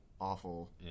awful